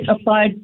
applied